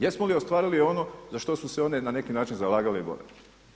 Jesmo li ostvarili ono za što su se one na neki način zalagale i borile.